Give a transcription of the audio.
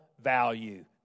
value